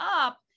up